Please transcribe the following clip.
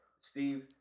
Steve